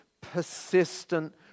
persistent